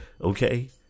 Okay